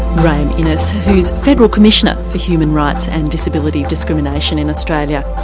graeme innes, who's federal commissioner for human rights and disability discrimination in australia.